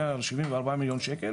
מאה שבעים וארבעה מיליון שקל